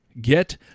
Get